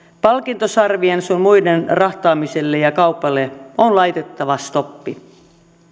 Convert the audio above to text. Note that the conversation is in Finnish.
palkintosarvien sun muiden rahtaamiselle ja kaupalle on laitettava stoppi